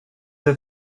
that